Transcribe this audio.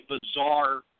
bizarre